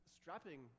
strapping